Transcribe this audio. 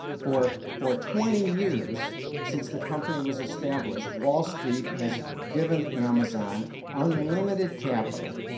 for for twenty years since the company was established, wall street has given amazon unlimited capital,